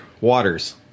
Waters